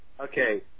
Okay